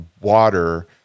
water